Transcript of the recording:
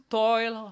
toil